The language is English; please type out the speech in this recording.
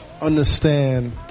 understand